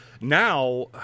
Now